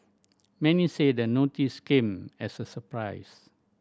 many say the notice came as a surprise